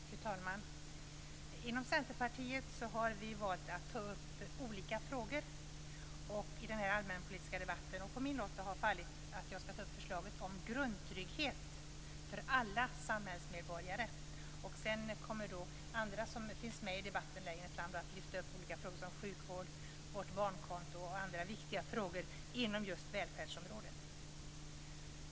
Fru talman! Inom Centerpartiet har vi valt att ta upp olika frågor i den här allmänpolitiska debatten. På min lott har det fallit att ta upp förslaget om grundtrygghet för alla samhällsmedborgare. Sedan kommer andra som finns med i debatten längre fram att lyfta upp olika frågor som sjukvård, vårt barnkonto och andra viktiga frågor inom välfärdsområdet.